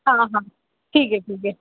हाँ हाँ ठीक है ठीक है